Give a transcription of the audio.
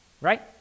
Right